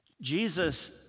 Jesus